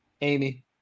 Amy